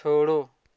छोड़ो